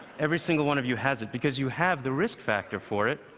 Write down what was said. every single one of you has it, because you have the risk factor for it,